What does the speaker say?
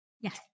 Yes